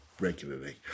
regularly